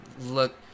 look